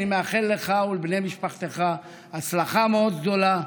אני מאחל לך ולבני משפחתך הצלחה מאוד גדולה,